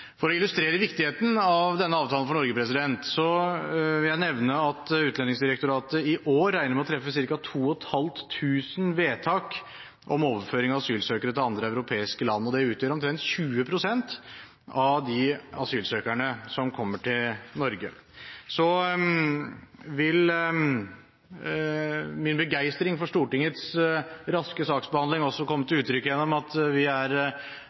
For å illustrere viktigheten av denne avtalen for Norge vil jeg nevne at Utlendingsdirektoratet i år regner med å treffe ca. 2 500 vedtak om overføring av asylsøkere til andre europeiske land, og det utgjør omtrent 20 pst. av de asylsøkerne som kommer til Norge. Så vil min begeistring for Stortingets raske saksbehandling også komme til uttrykk gjennom at vi er